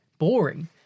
boring